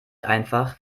einfach